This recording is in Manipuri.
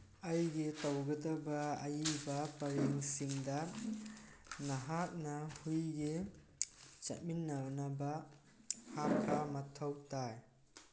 ꯑꯩꯒꯤ ꯇꯧꯒꯗꯕ ꯑꯢꯕ ꯄꯔꯦꯡꯁꯤꯡꯗ ꯅꯍꯥꯛꯅ ꯍꯨꯏꯒꯤ ꯆꯠꯃꯤꯟꯅꯅꯕ ꯍꯥꯞꯄ ꯃꯊꯧ ꯇꯥꯏ